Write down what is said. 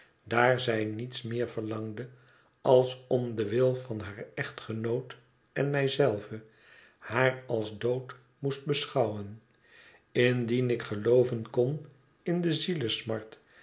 daar zij niets meer verlangde als om den wil van haar echtgenoot en mij zelve haar als dood moest beschouwen indien ik gelooven kon in de